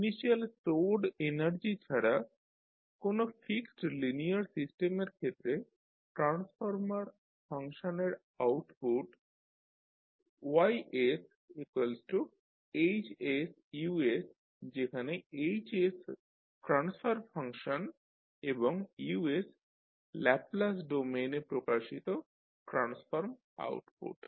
initial stored energy ছাড়া কোনো fixed linear সিস্টেমের ক্ষেত্রে ট্রান্সফরমার ফাংশনের আউটপুট YsHsU যেখানে H ট্রান্সফার ফাংশন এবং Us ল্যাপলাস ডোমেইন এ প্রকাশিত ট্রান্সফর্ম আউটপুট